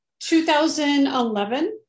2011